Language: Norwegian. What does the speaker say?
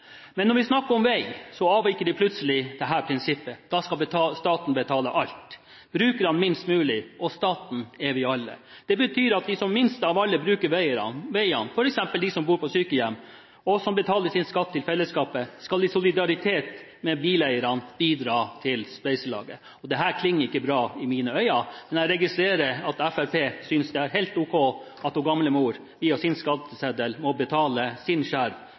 Men når vi snakker om vei, avviker de plutselig fra dette prinsippet. Da skal staten betale alt, brukerne minst mulig, og staten er vi alle. De betyr at de som minst av alle bruker veiene, f.eks. de som bor på sykehjem, og som betaler sin skatt til fellesskapet, skal i solidaritet med bileierne bidra til spleiselaget. Dette klinger ikke bra i mine ører, men jeg registrerer at Fremskrittspartiet synes det er helt ok at hun gamlemor via sin skatteseddel må betale sin skjerv